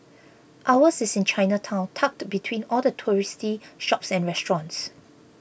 ours is in Chinatown tucked between all the touristy shops and restaurants